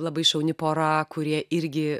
labai šauni pora kurie irgi